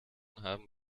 haben